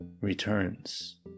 returns